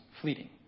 fleeting